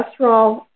cholesterol